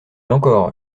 encore